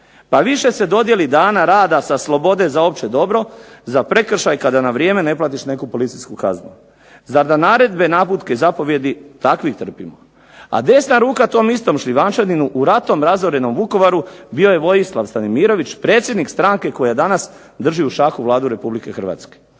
Pa više se dodijeli dana rada sa slobode za opće dobro za prekršaj kada na vrijeme ne platiš neku policijsku kaznu. Zar da naredbe, zapovijedi i naputke takvih trpimo? A desna ruka tom istom Šljivančaninu u ratom razorenom Vukovaru bio je Vojislav Stanimirović predsjednik stranke koja danas drži u šaci Vladu Republike Hrvatske.